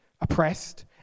oppressed